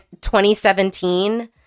2017